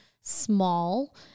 small